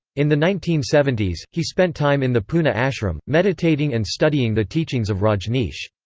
in the nineteen seventy s, he spent time in the poona ashram, meditating and studying the teachings of rajneesh.